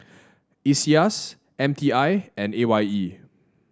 Iseas M T I and A Y E